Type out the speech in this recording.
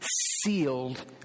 sealed